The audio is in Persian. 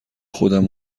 خودم